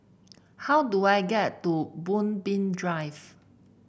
how do I get to Moonbeam Drive